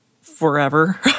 forever